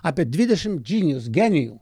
apie dvidešimt džynijus genijų